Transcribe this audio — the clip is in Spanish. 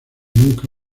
nunca